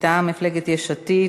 מטעם מפלגת יש עתיד,